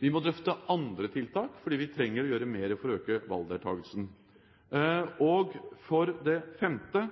Vi må drøfte andre tiltak, for vi trenger å gjøre mer for å øke valgdeltakelsen. For det femte